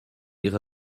ihre